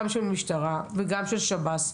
גם של המשטרה וגם של שב"ס,